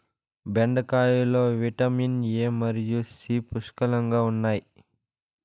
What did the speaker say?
బెండకాయలో vitamin A మరియు C పుష్కలంగా ఉన్నాయి